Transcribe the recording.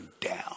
down